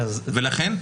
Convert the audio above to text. ולכן,